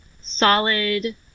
solid